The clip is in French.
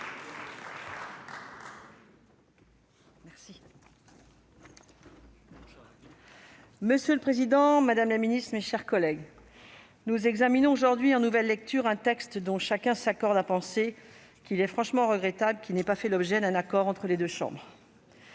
Monsieur le président, madame la ministre, mes chers collègues, nous examinons aujourd'hui en nouvelle lecture un texte dont chacun s'accorde à penser qu'il est regrettable qu'il n'ait pas fait l'objet d'un accord entre les deux chambres.